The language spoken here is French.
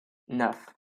neuf